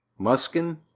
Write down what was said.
Muskin